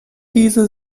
diese